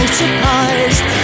surprised